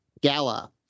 gala